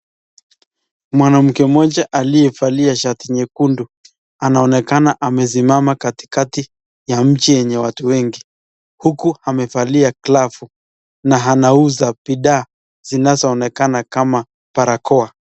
Mwanamke mmoja aliyevaa shati nyekundu, anaonekana amesimama katikati ya mji yenye watu wengi huku amevaa glavu na anauza bidhaa zinazoonekana kama barakoa.